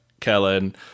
Kellen